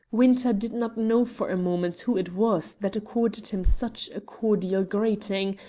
winter did not know for a moment who it was that accorded him such a cordial greeting,